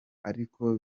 ariko